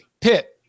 Pitt